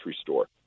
store